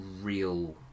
real